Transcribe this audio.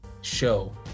show